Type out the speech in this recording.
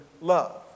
love